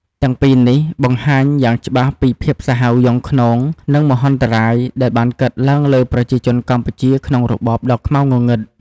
ទាំងពីរនេះ បង្ហាញយ៉ាងច្បាស់ពីភាពសាហាវយង់ឃ្នង និងមហន្តរាយដែលបានកើតឡើងលើប្រជាជនកម្ពុជា ក្នុងរបបដ៏ខ្មៅងងឹត។